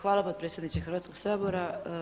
Hvala potpredsjedniče Hrvatskoga sabora.